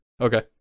Okay